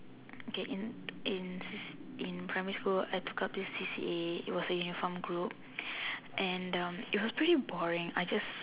okay in in in primary I got this C_C_A it was a uniform group and um it was pretty boring I just